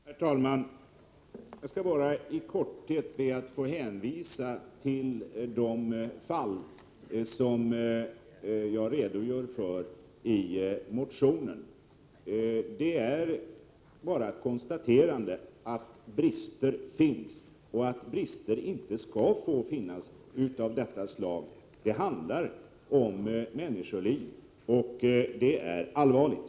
Herr talman! Jag skall i korthet be att få hänvisa till de fall som jag har redogjort för i min motion. Det är bara att konstatera att det finns brister och att brister av detta slag inte skall få finnas. Det handlar om människoliv, och det är allvarligt.